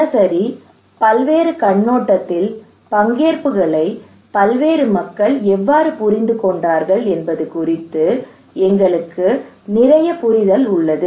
தினசரி பல்வேறு கண்ணோட்டத்தில் பங்கேற்புகளை பல்வேறு மக்கள் எவ்வாறு புரிந்துகொண்டார்கள் என்பது குறித்து எங்களுக்கு நிறைய புரிதல் உள்ளது